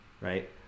right